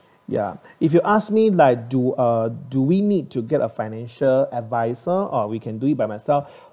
ya if you ask me like do uh do we need to get a financial advisor or we can do it by myself